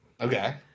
Okay